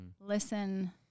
listen